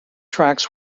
tracks